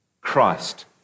Christ